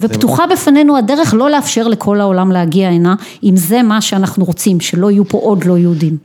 ופתוחה בפנינו הדרך לא לאפשר לכל העולם להגיע הנה אם זה מה שאנחנו רוצים שלא יהיו פה עוד לא יהודים